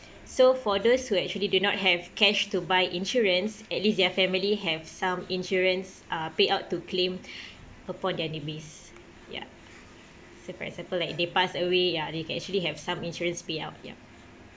so for those who actually do not have cash to buy insurance at least their family have some insurance uh payout to claim upon their demise ya so for example like they passed away ya they can actually have some insurance payout ya